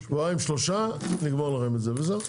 שבועיים-שלושה נגמור לכם את זה וזהו.